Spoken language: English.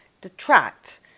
detract